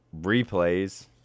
replays